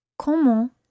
Comment